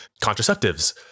contraceptives